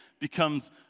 becomes